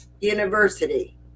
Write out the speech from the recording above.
university